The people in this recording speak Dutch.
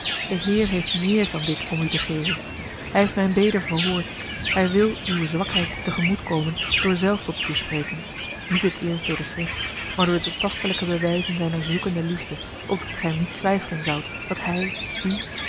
de heer heeft meer dan dit om u te geven hij heeft mijne bede verhoord hij wil uwe zwakheid te gemoet komen door zelf tot u te spreken niet het eerst door de schrift maar door de tastelijke bewjjzen zijner zoekende liefde opdat gij niet twijfelen zoudt dat hij u